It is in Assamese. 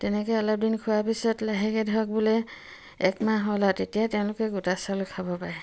তেনেকে অলপদিন খোৱাৰ পিছত লাহেকে ধৰক বোলে এক মাহ হ'ল আৰু তেতিয়া তেওঁলোকে গোটা চাউল খাব পাৰে